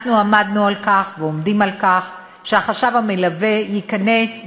אנחנו עמדנו על כך ועומדים על כך שהחשב המלווה ייכנס,